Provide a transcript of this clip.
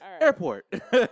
airport